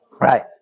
Right